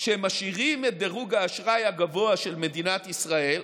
שמשאירים את דירוג האשראי הגבוה של מדינת ישראל,